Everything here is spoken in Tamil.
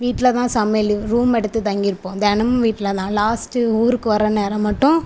வீட்டில தான் சமையல் ரூம் எடுத்து தங்கியிருப்போம் தினமும் வீட்டில தான் லாஸ்ட்டு ஊருக்கு வர்ற நேரம் மட்டும்